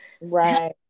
Right